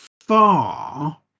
far